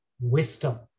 wisdom